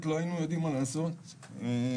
הלוואי שאנחנו נגיע למספרים שם,